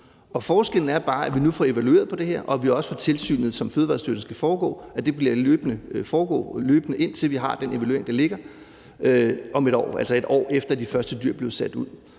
forskellen er bare, at vi nu får evalueret det her, og at tilsynet, som Fødevarestyrelsen skal lave, også foregår løbende, indtil vi har den evaluering, der ligger om et år, altså et år efter de første dyr blev sat ud.